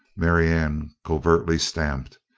marianne covertly stamped.